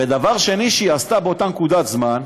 והדבר השני שהיא עשתה באותה נקודת זמן,